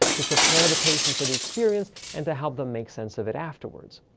to prepare the patient for the experience and to help them make sense of it afterwards.